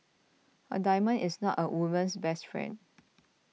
a diamond is not a woman's best friend